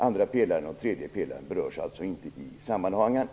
Andra pelaren och tredje pelaren berörs inte i sammanhanget.